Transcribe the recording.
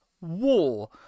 War